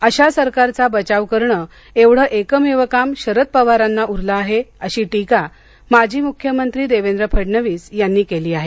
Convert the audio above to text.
अशा सरकारचा बचाव करणं एवढं एकमेव काम शरद पवारांना उरलं आहे अशी टीका माजी मुख्यमंत्री देवेंद्र फडणवीस यांनी केली आहे